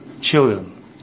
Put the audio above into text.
children